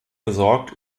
besorgt